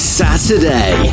saturday